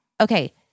Okay